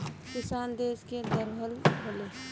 किसान देस के धरोहर होलें